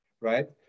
Right